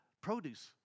produce